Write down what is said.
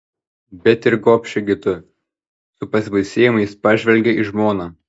bet ir gobši gi tu su pasibaisėjimu jis pažvelgė į žmoną